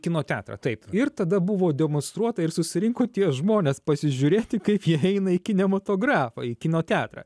kino teatrą taip ir tada buvo demonstruota ir susirinko tie žmonės pasižiūrėti kaip jie eina į kinematografą į kino teatrą